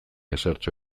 ezertxo